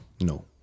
No